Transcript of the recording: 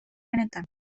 benetan